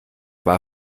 war